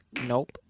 Nope